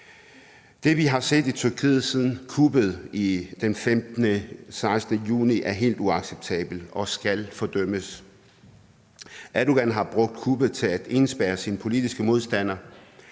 Det, vi har set i Tyrkiet siden kuppet den 15.-16. juli, er helt uacceptabelt og skal fordømmes. Erdogan har brugt kuppet til at indespærre sine politiske modstandere,